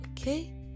Okay